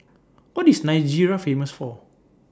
What IS Nigeria Famous For